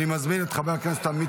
אני קובע כי הצעת חוק איסור העסקת עובדי